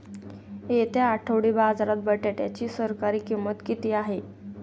येत्या आठवडी बाजारात बटाट्याची सरासरी किंमत किती आहे?